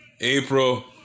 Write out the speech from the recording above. April